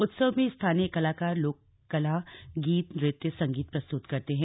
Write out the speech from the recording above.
उत्सव में स्थानीय कलाकार लोक कला गीत नृत्य संगीत प्रस्तुत करते हैं